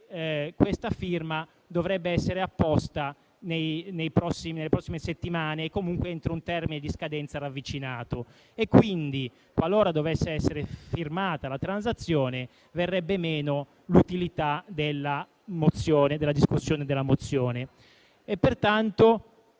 che la firma dovrebbe essere apposta nelle prossime settimane, e comunque entro un termine di scadenza ravvicinato. Quindi, qualora dovesse essere firmata la transazione, verrebbe meno l'utilità della discussione della mozione. Pertanto,